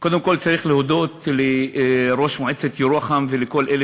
קודם כול צריך להודות לראש מועצת ירוחם ולכל אלה